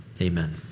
Amen